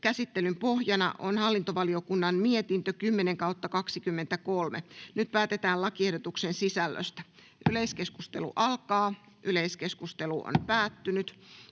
Käsittelyn pohjana on talousvaliokunnan mietintö TaVM 10/2023 vp. Nyt päätetään lakiehdotuksen sisällöstä. — Yleiskeskustelu alkaa. Valiokunnan